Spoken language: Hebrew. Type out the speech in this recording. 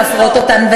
להפרות אותן,